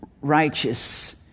righteous